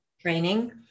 training